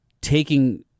taking